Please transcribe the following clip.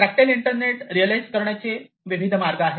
tactile internet realise करण्याचे विविध मार्ग आहेत